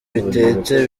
bitetse